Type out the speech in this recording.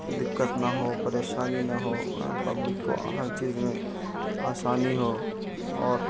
دقت نہ ہو پریشانی نہ ہو پبلک کو ہر چیز میں آسانی ہو اور